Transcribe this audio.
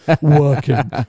working